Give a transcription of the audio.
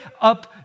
up